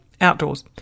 Outdoors